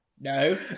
No